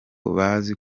bazi